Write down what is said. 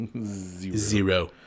zero